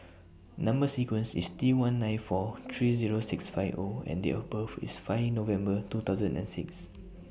Number sequence IS T one nine four three Zero six five O and Date of birth IS five November two thousand and six